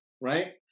right